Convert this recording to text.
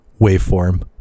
waveform